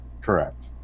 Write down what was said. Correct